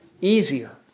easier